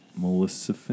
Melissa